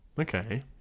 Okay